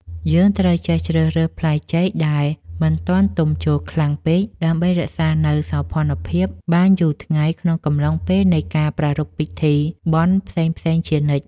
យើងត្រូវចេះជ្រើសរើសផ្លែចេកដែលមិនទាន់ទុំជោរខ្លាំងពេកដើម្បីរក្សានូវសោភ័ណភាពបានយូរថ្ងៃក្នុងកំឡុងពេលនៃការប្រារព្ធពិធី បុណ្យផ្សេងៗជានិច្ច។